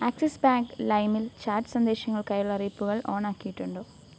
axis bank ലൈംൽ chat സന്ദേശങ്ങൾക്കായുള്ള അറിയിപ്പുകൾ ഓണ് ആക്കിയിട്ടുണ്ടോ